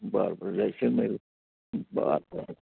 बरं बरं जैसलमेर बरं बरं